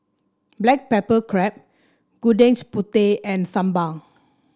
Black Pepper Crab Gudeg's Putih and sambal